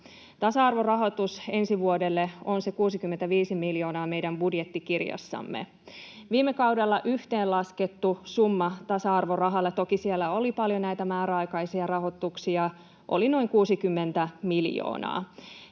Tasa-arvorahoitus ensi vuodelle on se 65 miljoonaa meidän budjettikirjassamme. Viime kaudella yhteenlaskettu summa tasa-arvorahalle — toki siellä oli paljon näitä määräaikaisia rahoituksia — oli noin 60 miljoonaa.